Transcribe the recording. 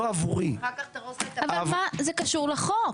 לא עבורי --- אבל מה זה קשור לחוק?